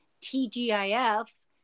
TGIF